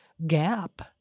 Gap